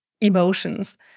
emotions